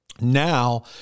Now